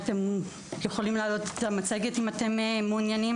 אתם יכולים להעלות את המצגת אם אתם מעוניינים.